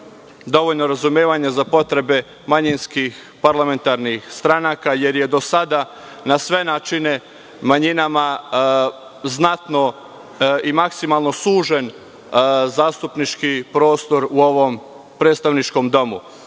dovoljno razumevanja za potrebe manjinskih parlamentarnih stranaka, jer je do sada na sve načine manjinama znatno i maksimalno sužen zastupnički prostor u ovom predstavničkom